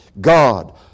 God